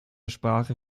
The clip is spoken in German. sprache